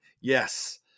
Yes